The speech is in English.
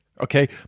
okay